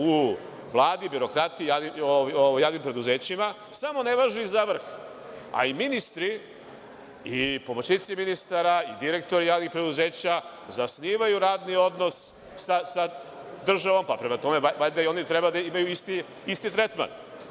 U Vladi, birokratiji, javnim preduzećima, samo ne važi za vrh, a i ministri i pomoćnici ministara i direktori javnih preduzeća zasnivaju radni odnos sa državom, pa valjda i oni treba da imaju isti tretman.